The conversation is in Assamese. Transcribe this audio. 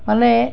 মানে